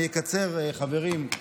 אני אקצר, חברים,